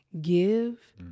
give